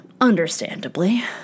understandably